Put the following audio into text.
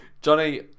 Johnny